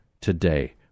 today